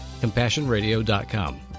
CompassionRadio.com